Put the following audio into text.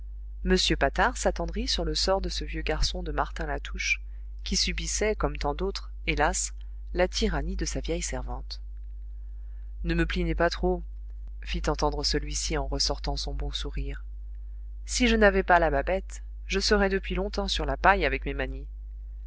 m patard s'attendrit sur le sort de ce vieux garçon de martin latouche qui subissait comme tant d'autres hélas la tyrannie de sa vieille servante ne me plaignez pas trop fit entendre celui-ci en ressortant son bon sourire si je n'avais pas la babette je serais depuis longtemps sur la paille avec